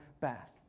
back